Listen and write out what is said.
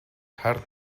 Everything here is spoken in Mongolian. хар